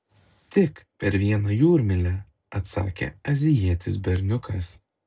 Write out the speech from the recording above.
tik per vieną jūrmylę atsakė azijietis berniukas